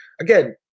Again